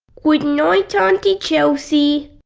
goodnight auntie chelsea